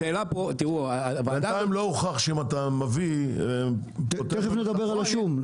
השאלה פה --- בינתיים לא הוכח שאם אתה מביא --- תיכף נדבר על השום.